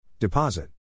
Deposit